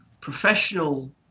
professional